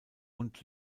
und